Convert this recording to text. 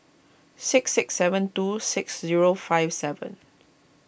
six six seven two six zero five seven